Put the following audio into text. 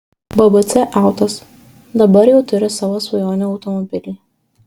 bbc autos dabar jau turi savo svajonių automobilį